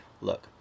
look